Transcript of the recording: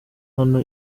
hano